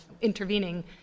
intervening